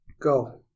go